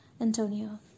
Antonio